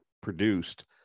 produced